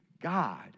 God